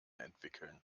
entwickeln